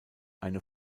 eine